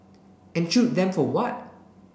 and shoot them for what